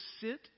sit